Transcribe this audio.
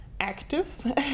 active